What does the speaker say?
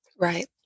right